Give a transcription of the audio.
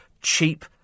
cheap